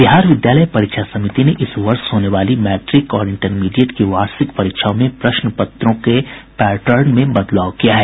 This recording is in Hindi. बिहार विद्यालय परीक्षा समिति ने इस वर्ष होने वाली मैट्रिक और इंटरमीडिएट की वार्षिक परीक्षाओं में प्रश्न पत्रों के पैटर्न में बदलाव किया है